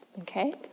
Okay